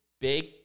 big